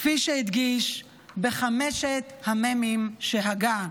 כפי שהדגיש בחמשת המ"מים שהגה: